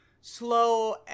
slow